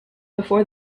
before